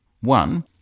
One